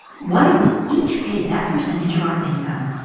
why don't we each pay that percentage of our income?